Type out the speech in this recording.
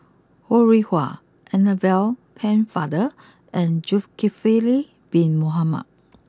Ho Rih Hwa Annabel Pennefather and Zulkifli Bin Mohamed